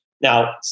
Now